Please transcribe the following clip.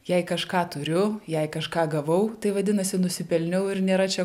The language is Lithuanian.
jei kažką turiu jei kažką gavau tai vadinasi nusipelniau ir nėra čia